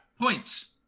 points